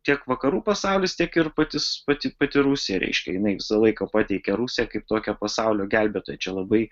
tiek vakarų pasaulis tiek ir patis pati pati rusija reiškia jinai visą laiką pateikia rusiją kaip tokią pasaulio gelbėtoją čia labai